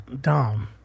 Dom